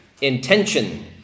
intention